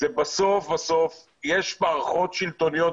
בסוף בסוף יש מערכות שלטוניות,